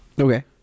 Okay